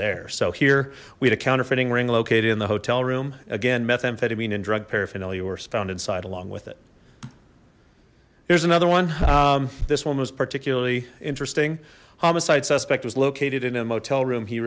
there so here we had a counterfeiting ring located in the hotel room again methamphetamine and drug paraphernalia were found inside along with it here's another one this one was particularly interesting homicide suspect was located in a motel room he